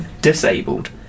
disabled